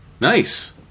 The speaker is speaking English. Nice